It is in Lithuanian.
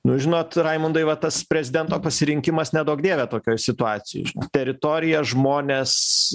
nu žinot raimundai va tas prezidento pasirinkimas neduok dieve tokioj situacijoj teritorija žmonės